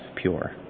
pure